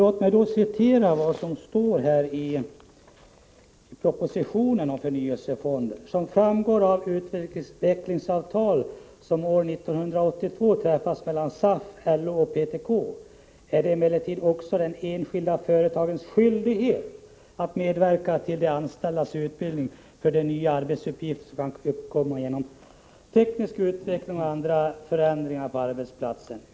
Låt mig då citera vad som står i propositionen om förnyelsefonder: ”Som framgår av det utvecklingsavtal som år 1982 träffats mellan SAF, LO och PTK är det emellertid också det enskilda företagets skyldighet att medverka till att de anställda utbildas för de nya arbetsuppgifter som kan uppkomma genom teknisk utveckling och andra förändringar på arbetsplatsen.